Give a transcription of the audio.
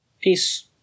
Peace